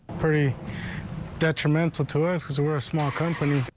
pretty detrimental to us because we're a small company.